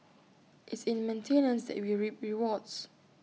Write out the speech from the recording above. it's in maintenance that we reap rewards